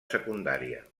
secundària